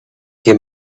came